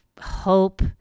hope